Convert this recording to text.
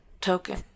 token